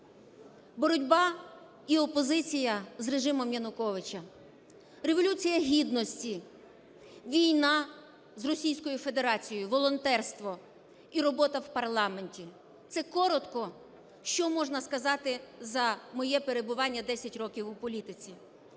Боротьба і опозиція з режимом Януковича, Революція Гідності, війна з Російською Федерацією, волонтерство і робота в парламенті – це коротко, що можна сказати за моє перебування десять років у політиці.